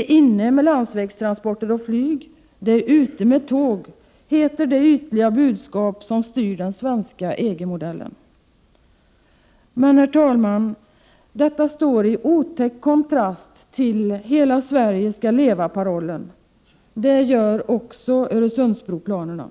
är inne med landsvägstransporter och flyg — det är ute med tåg, heter det ytliga budskap som styr den svenska EG-modellen. Men, herr talman, detta står i otäck kontrast till ”Hela Sverige skall leva”-parollen. Det gör också Öresundsbroplanerna.